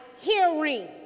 hearing